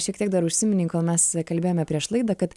šiek tiek dar užsiminei kol mes kalbėjome prieš laidą kad